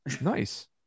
nice